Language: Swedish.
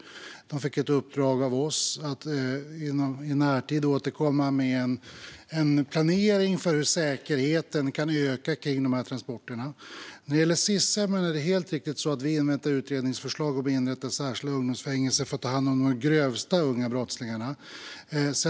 De fick ett uppdrag av oss att i närtid återkomma med en planering för hur säkerheten kan öka kring de här transporterna. När det gäller Sis-hemmen är det helt riktigt så att vi inväntar utredningsförslag om att inrätta särskilda ungdomsfängelser för att ta hand om de grövsta unga brottslingarna.